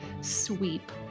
sweep